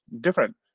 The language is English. different